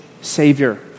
Savior